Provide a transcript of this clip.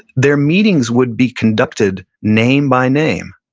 their meetings would be conducted name by name.